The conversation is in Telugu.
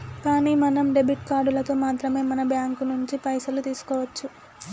కానీ మనం డెబిట్ కార్డులతో మాత్రమే మన బ్యాంకు నుంచి పైసలు తీసుకోవచ్చు